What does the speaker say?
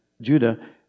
Judah